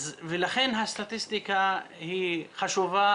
לכן הסטטיסטיקה היא חשובה,